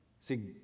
See